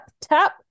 tap